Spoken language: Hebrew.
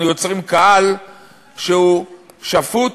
אנחנו יוצרים קהל שהוא שפוט